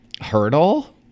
hurdle